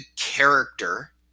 character